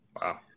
Wow